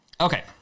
Okay